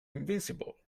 invincible